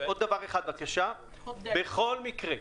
בכל מקרה,